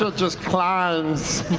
so just climbs.